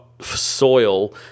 soil